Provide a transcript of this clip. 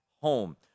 home